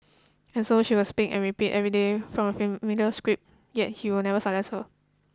and so she will speak and repeat every day from a script yet he will never silence her